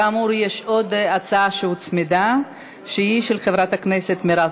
[הצעת חוק